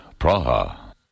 Praha